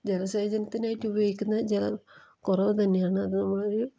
ജലസേചനത്തിനായിട്ട് ഉപയോഗിക്കുന്നത് ജലം കുറവ് തന്നെയാണ് അത് നമ്മളൊരു